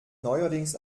neuerdings